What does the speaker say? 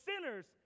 sinners